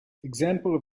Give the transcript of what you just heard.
examples